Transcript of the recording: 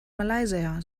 malaysia